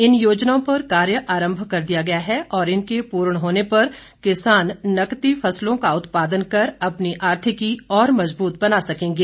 इन योजनाओं पर कार्य आरंभ कर दिया गया है और इनके पूर्ण होने पर किसान नकदी फसलों का उत्पादन कर अपनी आर्थिकी और मजबूत बना सकेंगे